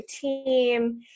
team